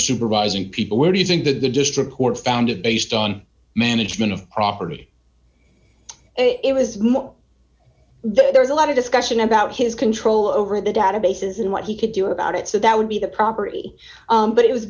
supervising people where do you think that they just report found it based on management of property it was more there's a lot of discussion about his control over the databases and what he could do about it so that would be the property but it was